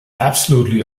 absolutely